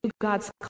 God's